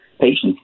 patients